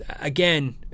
again